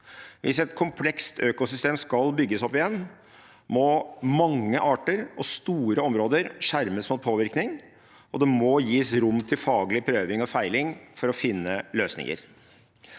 Hvis et komplekst økosystem skal bygges opp igjen, må mange arter og store områder skjermes mot påvirkning, og det må gis rom til faglig prøving og feiling for å finne løsninger.